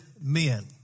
men